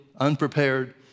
unprepared